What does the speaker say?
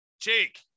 Jake